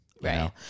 Right